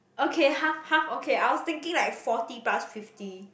okay half half okay I was thinking like forty plus fifty